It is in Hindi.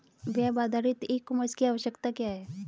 वेब आधारित ई कॉमर्स की आवश्यकता क्या है?